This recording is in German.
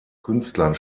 künstlern